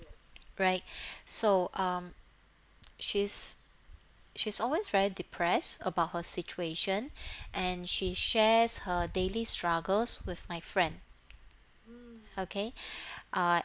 right so um she's she's always very depressed about her situation and she shares her daily struggles with my friend okay uh